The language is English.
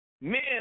men